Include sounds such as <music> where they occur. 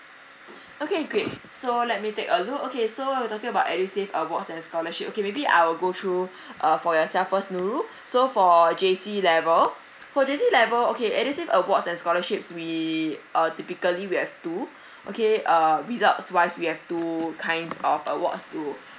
okay great so let me take a look okay so you're talking about edusave awards and scholarship okay maybe I will go through <breath> uh for yourself first nurul so for J_C level for J_C level okay edusave awards and scholarships we uh typically we have two <breath> okay uh results wise we have two kinds of awards to